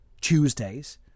Tuesdays